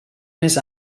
més